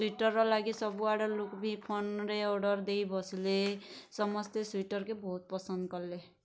ସ୍ୱେଟର୍ର ଲାଗି ସବୁ ଆଡ଼ ଲୋକ୍ ବି ଫୋନ୍ରେ ଅର୍ଡ଼ର୍ ଦେଇ ବସ୍ଲେ ସମସ୍ତେ ସ୍ୱେଟର୍କେ ବହୁତ୍ ପସନ୍ଦ୍ କଲେ